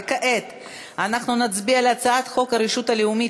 וכעת אנחנו נצביע על הצעת חוק הרשות הלאומית